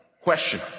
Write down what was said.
Question